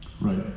Right